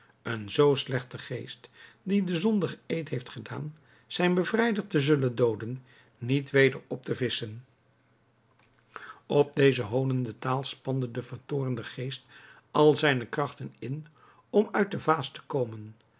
een zoo slechten geest die den zondigen eed heeft gedaan zijn bevrijder te zullen dooden niet weder op te visschen op deze honende taal spande de vertoornde geest al zijne krachten in om uit de vaas te komen